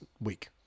week